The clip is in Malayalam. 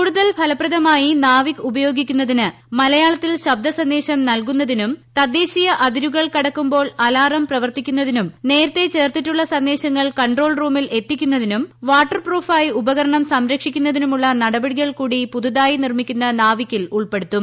കൂടുതൽ ഫലപ്രദമായി നാവിക് ഉപയോഗിക്കുന്നതിന് മലയാളത്തിൽ ശബ്ദ സന്ദേശം നൽകുന്നതിനും തദ്ദേശീയ അതിരുകൾ കടക്കുമ്പോൾ അലാറം പ്രവർത്തിക്കുന്നതിനും നേരത്തെ ചേർത്തിട്ടുള്ള സന്ദേശങ്ങൾ കൺട്രോൾ റൂമിൽ എത്തിക്കുന്നതിനും വാട്ടർപ്രൂഫായി ഉപകരണം സംരക്ഷിക്കുന്നതിനുമുള്ള നടപടികൾ കൂടി പുതുതായി നിർമ്മിക്കുന്ന നാവികിൽ ഉൾപ്പെടുത്തും